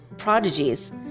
Prodigies